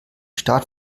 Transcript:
stadt